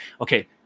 Okay